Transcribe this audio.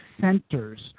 centers